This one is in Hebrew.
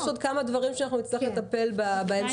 יש עוד כמה דברים שאנחנו נצטרך לטפל בהמשך,